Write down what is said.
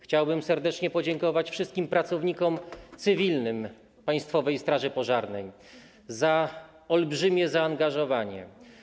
Chciałbym serdecznie podziękować wszystkim pracownikom cywilnym Państwowej Straży Pożarnej za olbrzymie zaangażowanie.